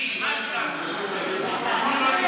מועמד ברור וטבעי.